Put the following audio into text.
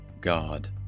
God